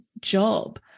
job